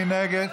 מי נגד?